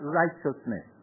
righteousness